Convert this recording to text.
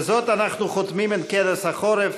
בזאת אנחנו חותמים את כנס החורף.